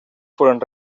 fueron